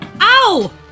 Ow